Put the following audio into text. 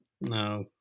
No